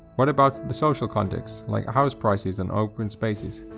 what about the social context, like house prices and open spaces?